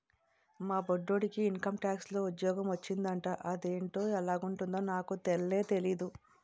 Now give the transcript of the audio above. మా బొట్టిడికి ఇంకంటాక్స్ లో ఉజ్జోగ మొచ్చిందట అదేటో ఎలగుంటదో నాకు తెల్నే తెల్దు